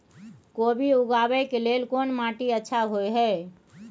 कोबी उगाबै के लेल कोन माटी अच्छा होय है?